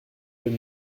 deux